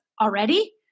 already